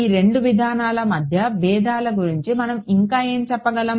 ఈ రెండు విధానాల మధ్య భేదాల గురించి మనం ఇంకా ఏమి చెప్పగలం